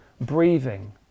breathing